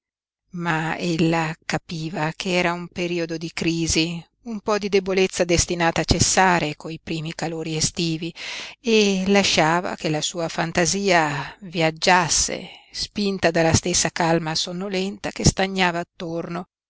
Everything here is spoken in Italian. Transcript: ma ella capiva che era un periodo di crisi un po di debolezza destinata a cessare coi primi calori estivi e lasciava che la sua fantasia viaggiasse spinta dalla stessa calma sonnolenta che stagnava attorno